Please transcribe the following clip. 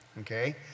okay